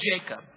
Jacob